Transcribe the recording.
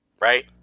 right –